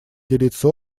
делиться